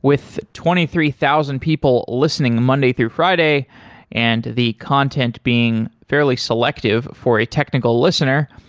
with twenty three thousand people listening monday through friday and the content being fairly selective for a technical listener,